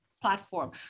platform